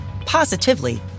positively